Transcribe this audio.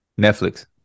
netflix